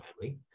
family